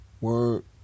Word